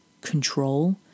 control